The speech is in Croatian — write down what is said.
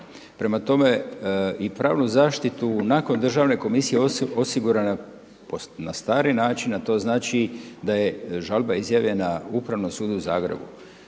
Prema tome i pravnu zaštitu nakon državne komisije osigurana na stari način a to znači da je žalba izjavljena Upravnom sudu u Zagrebu.